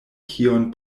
kion